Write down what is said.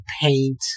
paint